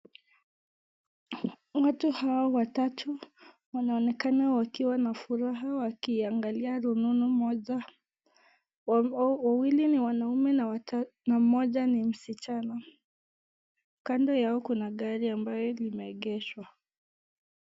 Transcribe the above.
Watu hawa watatu wanaonekana wakiwa ana furaha wakiangalia rununu moja, wawili ni wanaume na mmoja ni msichana. Kando yao kuna gari ambayo limeegeshwa.